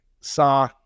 saw